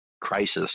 crisis